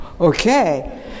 okay